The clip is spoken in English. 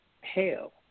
hell